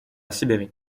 sibérie